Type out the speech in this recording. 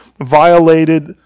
violated